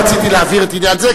רק רציתי להבהיר עניין זה,